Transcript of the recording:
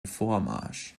vormarsch